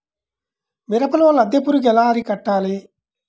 మిరపలో లద్దె పురుగు ఎలా అరికట్టాలి?